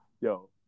Yo